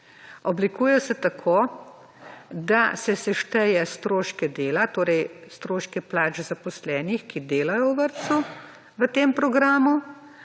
Oblikuje se tako, da se sešteje stroške dela, torej stroške plač zaposlenih, ki delajo v vrtcu v tem programu,